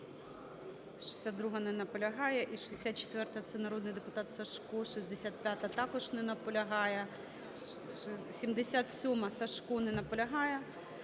62-а. Не наполягає. І 64-а. Це народний депутат Сажко. 65-а. Також не наполягає. 77-а. Сажко. Не наполягає.